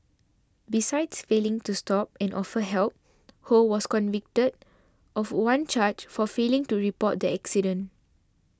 besides failing to stop and offer help Ho was convicted of one charge for failing to report the accident